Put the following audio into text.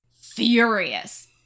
furious